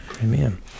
Amen